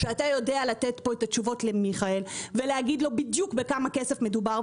שאתה יודע לתת פה את התשובות למיכאל ולהגיד לו בדיוק בכמה מדובר,